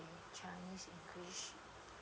chinese english